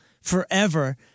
forever